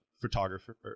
photographer